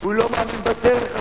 הוא לא מאמין בדרך הזאת.